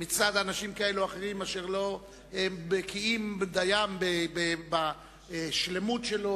מצד אנשים כאלה או אחרים אשר לא בקיאים דיים בשלמות שלו